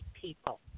people